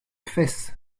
fès